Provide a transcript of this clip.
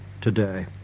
today